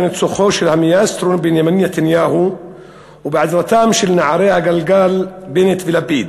בניצוחו של המאסטרו בנימין נתניהו ובעזרתם של נערי הגלגל בנט ולפיד,